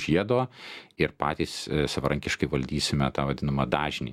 žiedo ir patys savarankiškai valdysime tą vadinamą dažnį